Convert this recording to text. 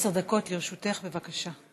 עשר דקות לרשותך, בבקשה.